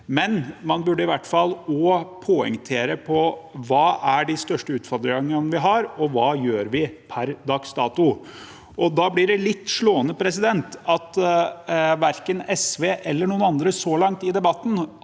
men man burde i hvert fall også poengtere: Hva er de største utfordringene vi har, og hva gjør vi per dags dato? Da blir det litt slående at verken SV eller noen andre så langt i debatten